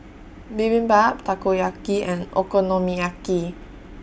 Bibimbap Takoyaki and Okonomiyaki